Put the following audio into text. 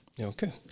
Okay